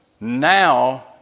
now